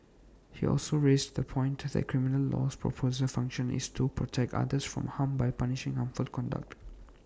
he also raised the point that criminal law's proper function is to protect others from harm by punishing harmful conduct